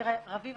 רביב,